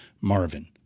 Marvin